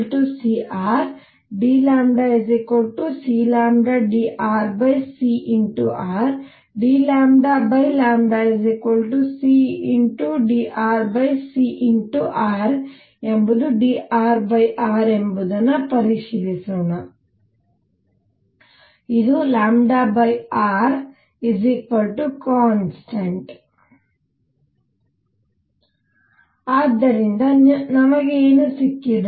cr dλcdrcr dλcdrcr ಎಂಬುದು drr ಎಂಬುದನ್ನ ಪರಿಶೀಲಿಸೋಣ ಇದು rಕಾನ್ಸ್ಟಂಟ್ ಆದ್ದರಿಂದ ನಮಗೆ ಏನು ಸಿಕ್ಕಿದೆ